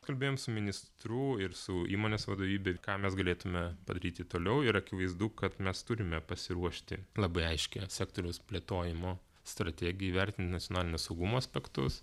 kalbėjom su ministru ir su įmonės vadovybe ir ką mes galėtume padaryti toliau ir akivaizdu kad mes turime pasiruošti labai aiškią sektoriaus plėtojimo strategiją įvertint nacionalinio saugumo aspektus